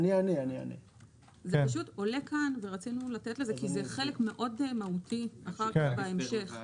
זה עולה כאן ורצינו לתת לזה מקום כי זה חלק מאוד מהותי אחר כך בהמשך.